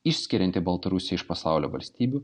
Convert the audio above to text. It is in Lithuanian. išskirianti baltarusiją iš pasaulio valstybių